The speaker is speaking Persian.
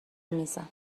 میزم